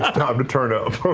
time to turn ah